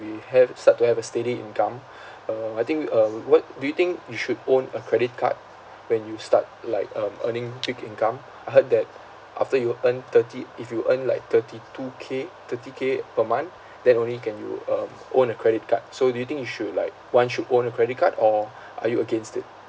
we have start to have a steady income uh I think uh what do you think you should own a credit card when you start like um earning big income I heard that after you earn thirty if you earn like thirty two k thirty k per month then only can you um own a credit card so do you think you should like one should own a credit card or are you against it